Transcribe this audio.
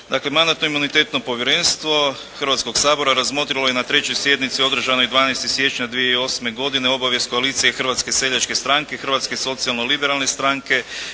Mandatno-imunitetno povjerenstvo Hrvatskoga sabora razmotrilo je na 3. sjednici održanoj 12. siječnja 2008. godine obavijest koalicije Hrvatske seljačke stranke, Hrvatske socijalno-liberalne stranke